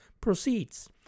proceeds